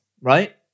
Right